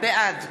בעד